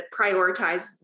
prioritize